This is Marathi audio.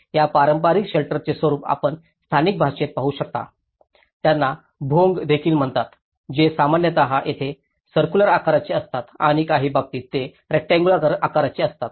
या पारंपारिक शेल्टरचे रूप आपण स्थानिक भाषेत पाहू शकता त्यांना भोंग देखील म्हणतात जे सामान्यत तेथे सर्क्युलर आकाराचे असतात आणि काही बाबतीत ते रेक्टअंगुलर आकाराचे असतात